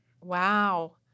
wow